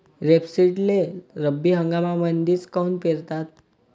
रेपसीडले रब्बी हंगामामंदीच काऊन पेरतात?